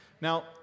now